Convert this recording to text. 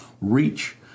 reach